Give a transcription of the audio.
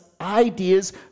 ideas